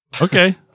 Okay